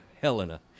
Helena